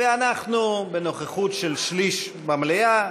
ואנחנו בנוכחות של שליש במליאה.